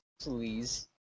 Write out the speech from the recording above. please